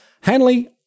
Hanley